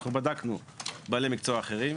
אנחנו בדקנו בעלי מקצוע אחרים,